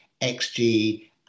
XG